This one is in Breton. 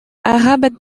arabat